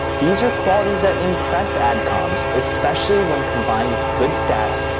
these are qualities that impress adcoms, especially when combined with good stats,